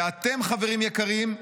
ואתם, חברים יקרים,